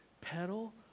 pedal